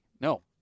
No